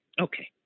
Okay